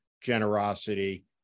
generosity